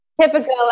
Typical